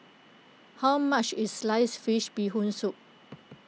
how much is Sliced Fish Bee Hoon Soup